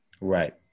Right